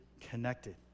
connected